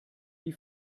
die